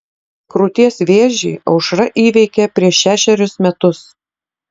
krūties vėžį aušra įveikė prieš šešerius metus